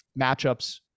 matchups